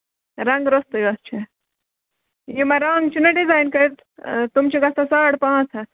رَنٛگ روٚستُے یۄس چھےٚ یِمن رَنٛگ چھُناہ ڈِزایِن کٔرِتھ تِم چھِ گژھان ساڑ پانژھ ہَتھ